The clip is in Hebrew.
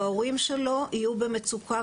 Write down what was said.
ההורים שלו יהיו במצוקה,